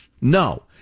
no